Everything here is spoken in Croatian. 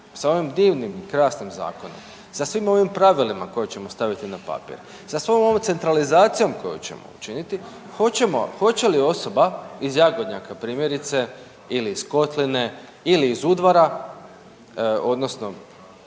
sa ovim divnim i krasnim zakonima, sa svim ovim pravilima koje ćemo staviti na papir, sa svom ovom centralizacijom koju ćemo učiniti, hoće li osoba iz Jagodnjaka primjerice ili iz Kotline ili iz Udvara odnosno